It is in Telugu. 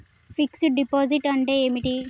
ఫిక్స్ డ్ డిపాజిట్ అంటే ఏమిటి?